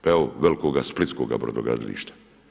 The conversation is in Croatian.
Pa evo, velikoga splitskoga brodogradilišta.